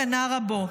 קנה רבו"